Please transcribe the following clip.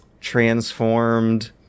transformed